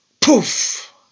Poof